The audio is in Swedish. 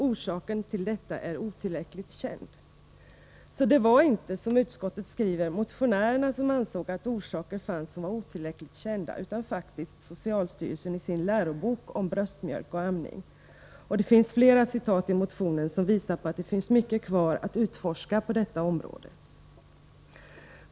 Orsaken till detta är otillräckligt känd.” Så det var inte, som utskottet skriver, motionärerna som ansåg att orsaker fanns som var otillräckligt kända, utan faktiskt socialstyrelsen i sin lärobok om bröstmjölk och amning. Det finns fler citat i motionen som visar att det finns mycket kvar att forska om på detta område.